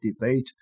debate